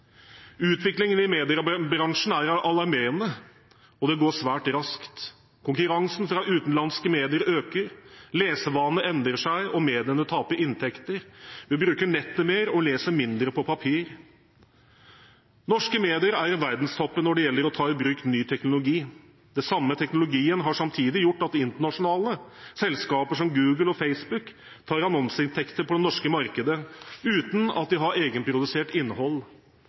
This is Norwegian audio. Utviklingen i mediebransjen er alarmerende, og den går svært raskt. Konkurransen fra utenlandske medier øker, lesevanene endrer seg, og mediene taper inntekter. Vi bruker nettet mer og leser mindre på papir. Norske medier er i verdenstoppen når det gjelder å ta i bruk ny teknologi. Den samme teknologien har samtidig gjort at internasjonale selskaper, som Google og Facebook, tar annonseinntekter på det norske markedet uten at de har egenprodusert innhold.